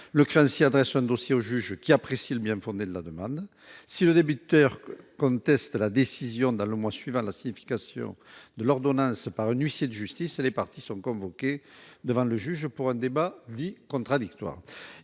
le créancier adresse un dossier au juge, qui apprécie le bien-fondé de la demande. Si le débiteur conteste la décision dans le mois suivant la signification de l'ordonnance par un huissier de justice, les parties sont convoquées devant le juge pour un débat dit contradictoire.